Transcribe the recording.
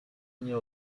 nie